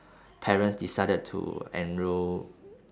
parents decided to enroll